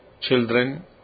children